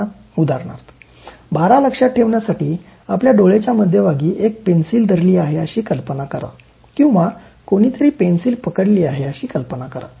उदाहरणार्थ १२ लक्षात ठेवण्यासाठी आपल्या डोळ्याच्या मध्यभागी एक पेन्सिल धरली आहे अशी कल्पना करा किंवा कोणीतरी पेन्सिल पकडली आहे अशी कल्पना करा